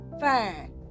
fine